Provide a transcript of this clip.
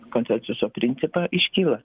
konsensuso principą iškyla